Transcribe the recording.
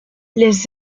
les